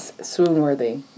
swoon-worthy